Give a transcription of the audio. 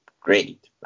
great